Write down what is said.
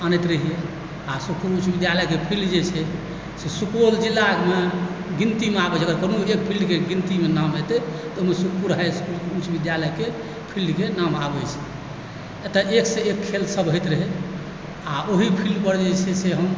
आनैत रहियै आओर सुखपुर उच्च विद्यालयके फील्ड जे छै से सुपौल जिलामे गिनतीमे आबैत छै कोनो जे फील्डके गिनतीमे नाम एतैक तऽ ओहिमे सुखपुर हाइ इसकुल उच्च विद्यालयके फील्डकेँ नाम आबैत छै एतय एक सँ एक खेल सब होइत रहै आओर ओही फील्डपर जे छै से हम